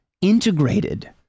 integrated